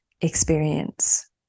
experience